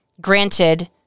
Granted